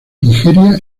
nigeria